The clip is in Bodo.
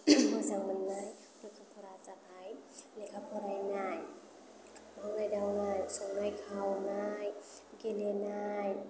मोजां मोननाय रोखोमफोरा जाबाय लेखा फरायनाय मावनाय दांनाय संनाय खावनाय गेलेनाय